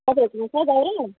तपाईँहरूकोमा छ दाउरा